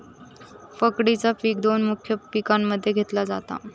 पकडीचा पिक दोन मुख्य पिकांमध्ये घेतला जाता